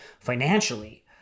financially